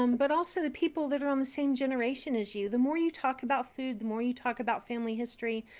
um but also the people that are on the same generation as you. the more you talk about food, the more you talk about family history,